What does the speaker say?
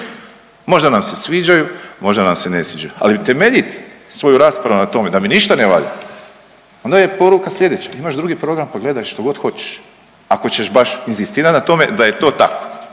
Možda nam se sviđaju, možda nam se ne sviđaju, ali utemeljit svoju raspravu na tome da mi ništa ne valja onda je poruka sljedeća, imaš drugi program pa gledaj što god hoćeš ako ćeš baš inzistirati na tome da je to tako.